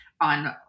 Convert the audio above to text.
on